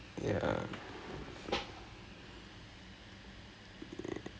நம்மக்கு:namakku you take things so seriously அது தான் பிரச்சனை:athu thaan pirachanai